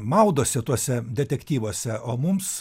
maudosi tuose detektyvuose o mums